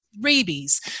rabies